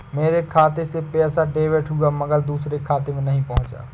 मेरे खाते से पैसा डेबिट हुआ मगर दूसरे खाते में नहीं पंहुचा